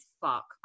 fuck